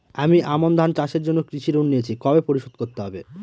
আমি আমন ধান চাষের জন্য কৃষি ঋণ নিয়েছি কবে পরিশোধ করতে হবে?